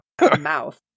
Mouth